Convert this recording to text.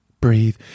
breathe